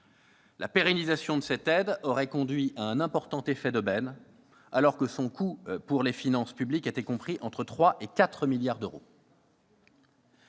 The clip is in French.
La pérennisation de cette aide aurait conduit à un important effet d'aubaine, alors que son coût pour les finances publiques était compris entre 3 et 4 milliards d'euros.